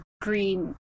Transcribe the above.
Green